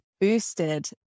boosted